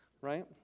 Right